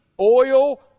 oil